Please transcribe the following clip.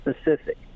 specific